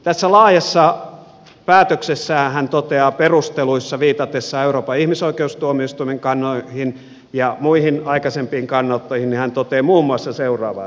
tässä laajassa päätöksessään hän toteaa perusteluissa viitatessaan euroopan ihmisoikeustuomioistuimen kannanottoihin ja muihin aikaisempiin kannanottoihin muun muassa seuraavaa